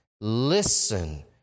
Listen